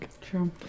True